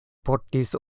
portis